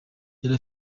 yari